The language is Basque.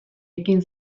ekin